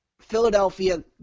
Philadelphia